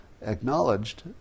acknowledged